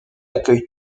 accueille